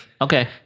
Okay